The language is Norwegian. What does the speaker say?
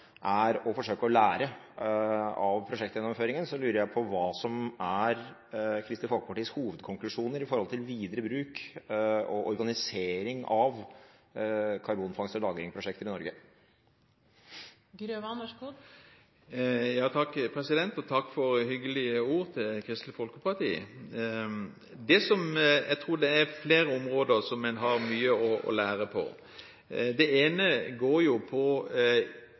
er å forsøke å lære av prosjektgjennomføringen, lurer jeg på hva som er Kristelig Folkepartis hovedkonklusjoner med tanke på videre bruk og organisering av prosjekter med karbonfangst og -lagring i Norge. Takk for hyggelige ord til Kristelig Folkeparti. Jeg tror en har mye å lære på flere områder. Det ene